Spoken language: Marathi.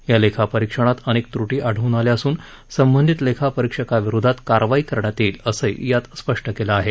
या लेखापरीक्षणात अनेक वुटी आढळून आल्या असून संबंधित लेखापरीक्षका विरोधात कारवाई करण्यात येईल असंही यात स्पष्ट केलं आहे